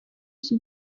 iki